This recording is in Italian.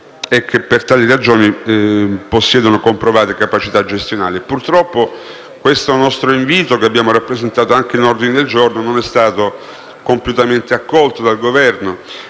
e che, per tali ragioni, possiedono comprovate capacità gestionali. Purtroppo questo nostro invito, rappresentato anche nell'ordine del giorno, non è stato compiutamente accolto dal Governo.